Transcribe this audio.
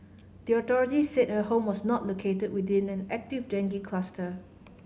the authorities said her home was not located within an active dengue cluster